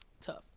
Tough